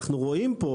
אנחנו רואים פה